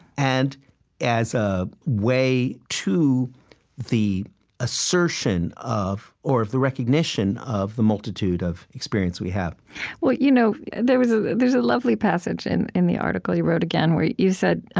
and as a way to the assertion of, or of the recognition of, the multitude of experience we have well, you know there's ah there's a lovely passage and in the article you wrote, again, where you you said